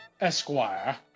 Esquire